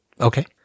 Okay